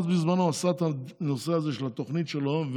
עשה את התוכנית שלו,